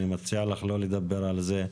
אני מציע לך לא לדבר על זה.